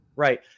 Right